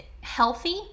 healthy